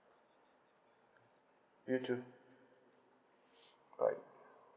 you too bye